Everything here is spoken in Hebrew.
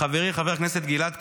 לחברי, חבר הכנסת גלעד קריב,